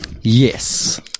Yes